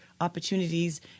opportunities